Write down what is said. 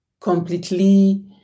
completely